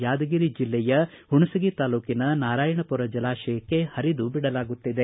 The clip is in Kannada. ಯಾದಗಿರಿ ಜಿಲ್ಲೆಯ ಹುಣಸಗಿ ತಾಲೂಕಿನ ನಾರಾಯಣಪುರ ಜಲಾಶಯಕ್ಕೆ ಪರಿದು ಬಿಡಲಾಗುತ್ತದೆ